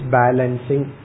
balancing